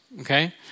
okay